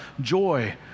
joy